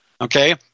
Okay